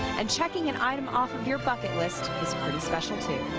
and checking an item off of your bucket list is pretty special, too.